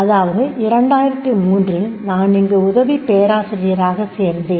அதாவது 2003 ல் நான் இங்கு உதவி பேராசிரியராக சேர்ந்தேன்